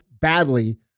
badly